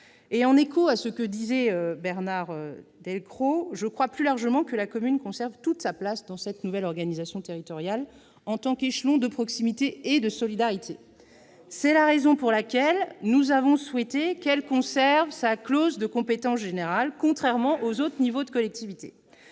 En écho à ce que disait M. Delcros, je pense plus largement que la commune conserve toute sa place dans cette nouvelle organisation territoriale en tant qu'échelon de proximité et de solidarité. C'est la raison pour laquelle nous avons souhaité qu'elle conserve sa clause de compétence générale, contrairement aux autres niveaux de collectivité,